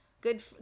Good